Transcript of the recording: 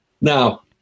Now